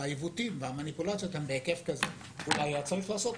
העיוותים והמניפולציות הם בהיקף כזה אולי היה צריך לעשות.